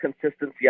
consistency